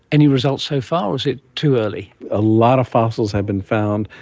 any results so far or is it too early? a lot of fossils have been found,